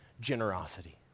generosity